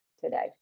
today